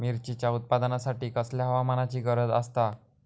मिरचीच्या उत्पादनासाठी कसल्या हवामानाची गरज आसता?